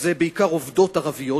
בעיקר עובדות ערביות,